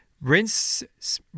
Rinse